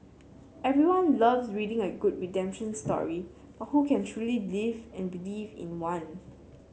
everyone loves reading a good redemption story but who can truly live and believe in one